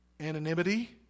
anonymity